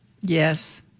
Yes